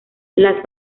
las